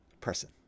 person